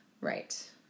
Right